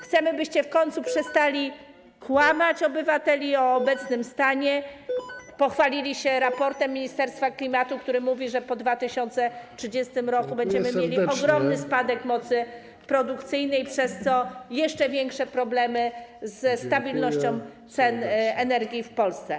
Chcemy, byście w końcu przestali kłamać obywatelom o obecnym stanie i pochwalili się raportem ministerstwa klimatu, w którym jest mowa o tym, że po 2030 r. będziemy mieli ogromny spadek mocy produkcyjnej, a przez to - jeszcze większe problemy ze stabilnością cen energii w Polsce.